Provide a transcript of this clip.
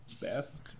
Best